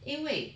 因为